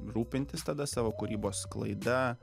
rūpintis tada savo kūrybos sklaida